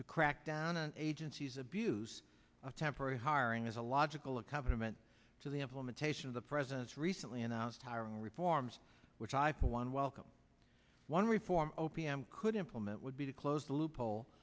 to crack down on agencies abuse of temporary hiring is a logical accompaniment to the implementation of the president's recently announced hiring reforms which i for one welcome one reform o p m could implement would be to close the loophole